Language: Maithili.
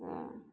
तऽ